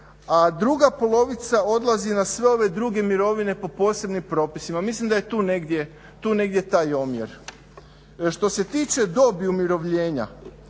a druga polovica odlazi na sve ove druge mirovine po posebnim propisima. Mislim da je tu negdje taj omjer. Što se tiče dobi umirovljenja,